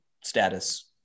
status